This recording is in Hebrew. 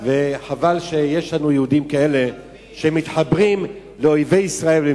וחבל שיש לנו יהודים כאלה, שמתחברים לאויבי ישראל.